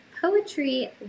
poetry